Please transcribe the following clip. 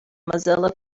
mozilla